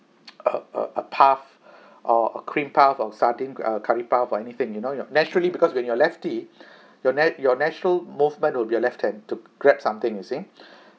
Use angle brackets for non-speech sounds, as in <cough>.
a a a puff or a cream puff or sardine uh curry puff or anything you know you're naturally because when you're lefty <breath> your na~ your natural movement will be a left hand to grab something you see <breath>